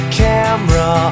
camera